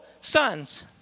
sons